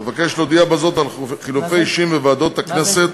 אבקש להודיע בזאת על חילופי אישים בוועדות הכנסת,